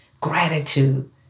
gratitude